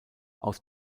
aus